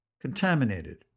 contaminated